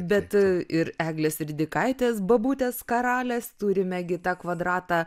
bet ir eglės ridikaitės bobutės karalės turime gi tą kvadratą